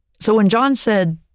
so, when john said,